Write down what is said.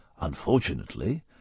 Unfortunately